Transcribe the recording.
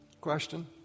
question